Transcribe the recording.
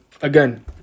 again